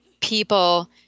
people